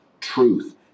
truth